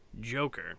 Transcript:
Joker